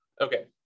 Okay